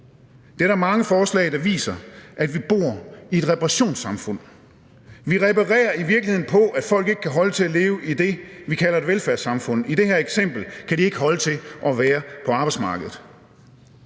Der er mange forslag, der viser, at vi bor i et reparationssamfund. Vi reparerer i virkeligheden på, at folk ikke kan holde til at leve i det, vi kalder et velfærdssamfund. I det her eksempel kan de ikke holde til at være på arbejdsmarkedet.